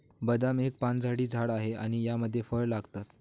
बदाम एक पानझडी झाड आहे आणि यामध्ये फळ लागतात